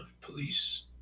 police